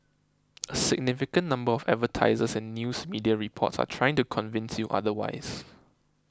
a significant number of advertisers and news media reports are trying to convince you otherwise